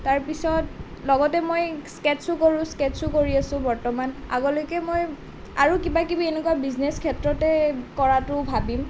তাৰপিছত লগতে মই স্কেট্চো কৰোঁ স্কেট্চো কৰি আছোঁ বৰ্তমান আগলৈকে মই আৰু কিবাকিবি এনেকুৱা বিজনেছ ক্ষেত্ৰতেই কৰাটো ভাবিম